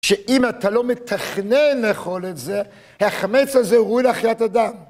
שאם אתה לא מתכנן לאכול את זה, ההחמץ הזה הוא לחיית אדם.